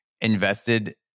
invested